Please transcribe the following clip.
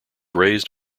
raised